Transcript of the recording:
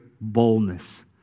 boldness